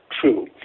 true